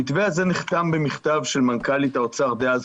המתווה הזה נחתם במכתב של מנכ"לית האוצר דאז,